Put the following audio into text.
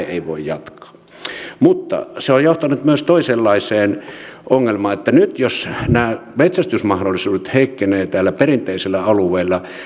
ei voi jatkaa mutta se on johtanut myös toisenlaiseen ongelmaan nyt jos nämä metsästysmahdollisuudet heikkenevät tällä perinteisellä alueella